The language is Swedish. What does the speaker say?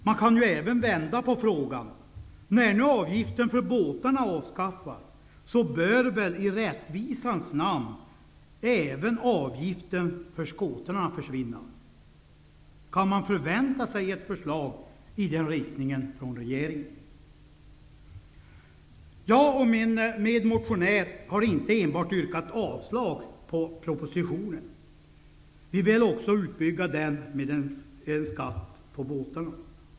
Man kan ju också vända på det hela: När nu avgiften för båtar avskaffas, bör väl i rättvisans namn även avgiften för skotrar försvinna. Kan man alltså förvänta sig ett förslag i den riktningen från regeringen? Jag och min medmotionär yrkar inte enbart avslag på propositionen. Vi vill också att denna byggs ut med en skatt på båtar.